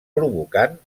provocant